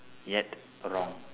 yet wrong